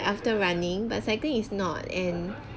after running but cycling is not and